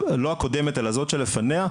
לא הקודמת אלא זאת שלפניה,